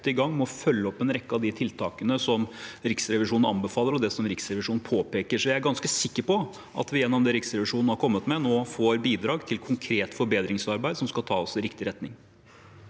i gang med å følge opp en rekke av de tiltakene Riksrevisjonen anbefaler, og det som Riksrevisjonen påpeker. Så jeg er ganske sikker på at vi gjennom det Riksrevisjonen nå har kommet med, får bidrag til konkret forbedringsarbeid som skal ta oss i riktig retning.